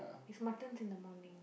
is muttons in the morning